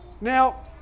now